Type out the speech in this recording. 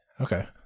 Okay